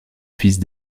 fils